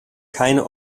keine